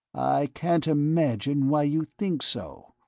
i can't imagine why you think so,